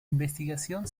investigación